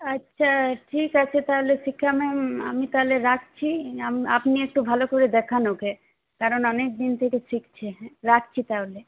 আচ্ছা ঠিক আছে তাহলে পৃথা ম্যাম আমি তাহলে রাখছি আপনি একটু ভালো করে দেখান ওকে কারণ অনেক দিন থেকে শিখছে রাখছি তাহলে